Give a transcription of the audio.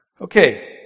Okay